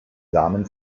samen